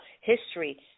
history